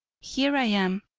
here i am,